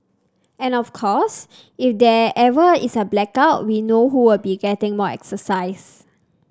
and of course if there ever is a blackout we know who will be getting more exercise